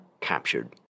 captured